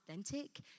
authentic